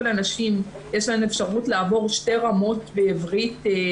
לכל הנשים יש אפשרות לעבור שתי רמות בעברית תעסוקתית.